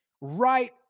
right